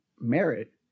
merit